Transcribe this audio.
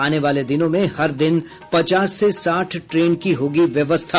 आने वाले दिनों में हर दिन पचास से साठ ट्रेन की होगी व्यवस्था